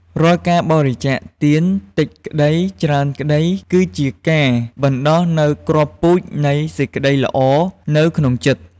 រាល់ការបរិច្ចាគទានតិចក្តី ច្រើនក្តី គឺជាការបណ្ដុះនូវគ្រាប់ពូជនៃសេចក្ដីល្អនៅក្នុងចិត្ត។